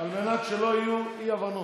רגע, על מנת שלא יהיו אי-הבנות.